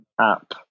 app